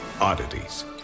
oddities